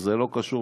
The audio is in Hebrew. וזה לא קשור,